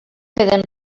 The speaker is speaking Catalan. queden